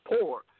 poor